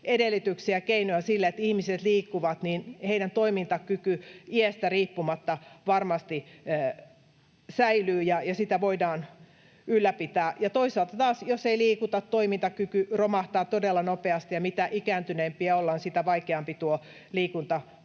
edellytyksiä ja keinoja siihen, että ihmiset liikkuvat, niin heidän toimintakykynsä iästä riippumatta varmasti säilyy ja sitä voidaan ylläpitää. Toisaalta taas jos ei liikuta, toimintakyky romahtaa todella nopeasti, ja mitä ikääntyneempiä ollaan, sitä vaikeampi tuo liikuntakyky